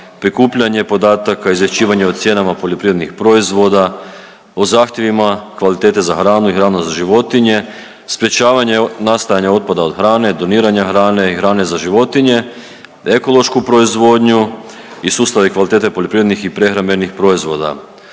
prikupljanje podataka, izvješćivanje o cijenama poljoprivrednih proizvoda, o zahtjevima kvalitete za hranu i hranu za životinje, sprječavanje nastajanja otpada od hrane, doniranja hrane i hrane za životinje, ekološku proizvodnju i sustavi kvalitete poljoprivrednih i prehrambenih proizvoda,